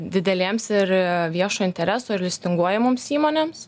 didelėms ir viešo intereso ir listinguojamoms įmonėms